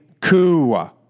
coup